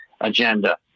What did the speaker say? agenda